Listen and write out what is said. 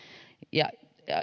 ja